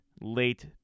late